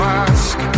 ask